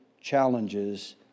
challenges